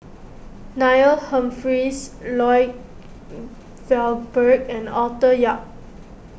Neil Humphreys Lloyd Valberg and Arthur Yap